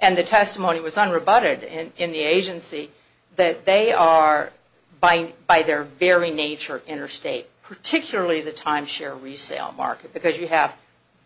and the testimony was on rebutted and the agency that they are buying by their very nature interstate particularly the timeshare resale market because you have